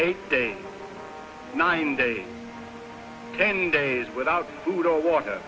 eight days nine days ten days without food or water